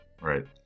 Right